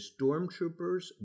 stormtroopers